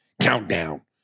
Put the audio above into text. countdown